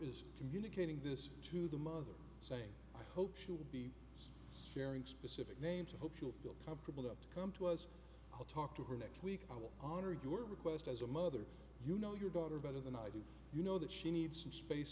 is communicating this to the mother saying i hope she will be sharing specific names i hope you'll feel comfortable enough to come to was i'll talk to her next week i will honor your request as a mother you know your daughter better than i do you know that she needs some space